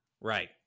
Right